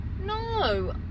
no